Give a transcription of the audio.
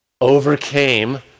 overcame